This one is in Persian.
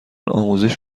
آموزش